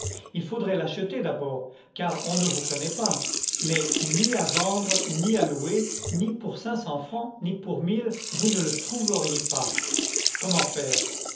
il faudrait l'acheter d'abord car on ne vous connaît pas mais ni à vendre ni à louer ni pour cinq cents francs ni pour mille vous ne le trouveriez pas comment faire